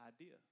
idea